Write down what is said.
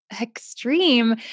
Extreme